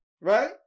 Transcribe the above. right